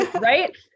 Right